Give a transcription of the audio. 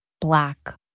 black